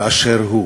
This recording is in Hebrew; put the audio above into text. באשר הוא.